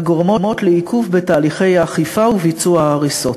שגורמות לעיכוב בתהליכי האכיפה וביצוע ההריסות.